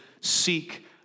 seek